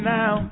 now